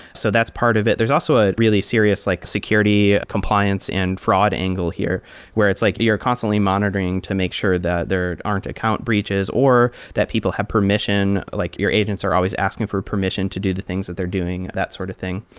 so that's part of it. there's also a really serious like security compliance and fraud angle here where it's like you're constantly monitoring to make sure that there aren't account breaches or that people have permission, like your agents are always asking for permission to do the things that they're doing, that sort of thing.